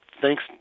Thanks